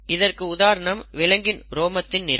இதற்கு உதாரணம் விலங்கின் ரோமத்தின் நிறம்